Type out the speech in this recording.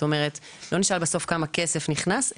לא נשאל בסוף כמה כסף נכנס,